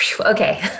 okay